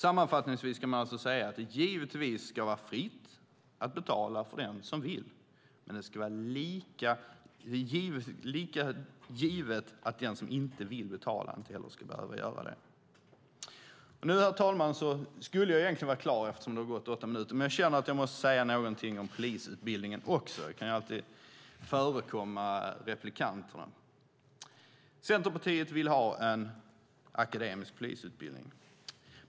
Sammanfattningsvis kan man alltså säga att det givetvis ska vara fritt att betala för den som vill, men det ska vara lika givet att den som inte vill betala inte heller ska behöva göra det. Nu, herr talman, skulle jag egentligen vara klar eftersom det har gått åtta minuter. Men jag känner att jag också måste säga någonting om polisutbildningen. Jag kan ju alltid förekomma replikanterna. Centerpartiet vill ha en akademisk polisutbildning.